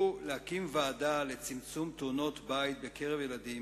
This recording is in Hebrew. להקים ועדה לצמצום תאונות-בית בקרב ילדים,